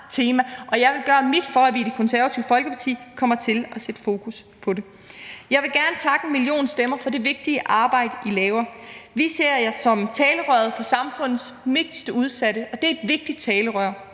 Jeg vil gøre mit, for at vi i Det Konservative Folkeparti kommer til at sætte fokus på det. Jeg vil gerne takke #enmillionstemmer for det vigtige arbejde, I laver. Vi ser jer som talerøret for samfundets mest udsatte, og det er et vigtigt talerør.